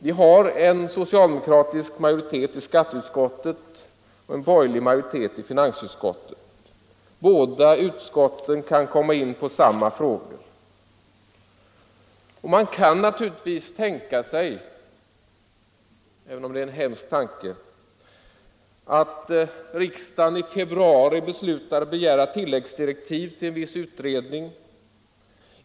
Vi har en socialdemokratisk majoritet i skatteutskottet och en borgerlig majoritet i finansutskottet och båda utskotten kan komma in på samma frågor. Man kan naturligtvis tänka sig — även om det är en hemsk tanke — att riksdagen i februari beslutar begära tilläggsdirektiv till en viss utredning.